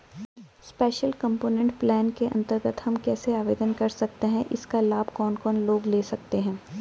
Special component plan के अन्तर्गत हम कैसे आवेदन कर सकते हैं इसका लाभ कौन कौन लोग ले सकते हैं?